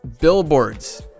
billboards